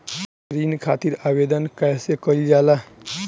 ऋण खातिर आवेदन कैसे कयील जाला?